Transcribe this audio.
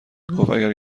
گفتاگر